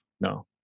No